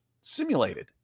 simulated